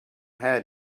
had